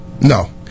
No